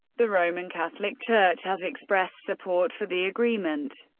the roman catholic church has expressed support for the agreement.